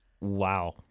Wow